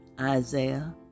Isaiah